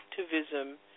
activism